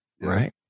Right